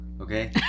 okay